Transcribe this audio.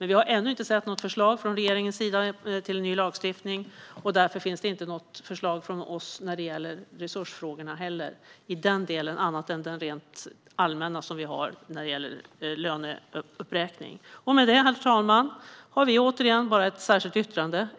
Vi har dock ännu inte sett något förslag till ny lagstiftning från regeringen, och därför finns det inte heller något förslag från oss när det gäller resursfrågorna i delen annat än den rent allmänna som gäller löneuppräkning. Herr talman!